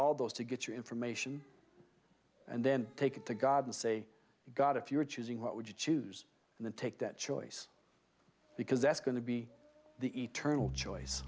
all those to get your information and then take it to god and say god if you're choosing what would you choose and then take that choice because that's going to be the eternal choice